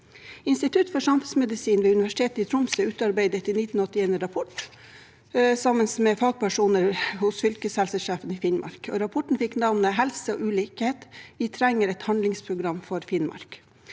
Institutt for samfunnsmedisin ved Universitetet i Tromsø utarbeidet i 1989 en rapport sammen med fagpersoner hos fylkeshelsesjefen i Finnmark. Rapporten fikk navnet «Helse og ulikhet. Vi trenger et handlingsprogram for Finnmark».